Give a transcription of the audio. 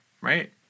Right